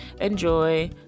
enjoy